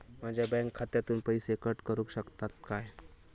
माझ्या बँक खात्यासून पैसे कट करुक शकतात काय?